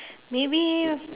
maybe